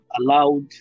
allowed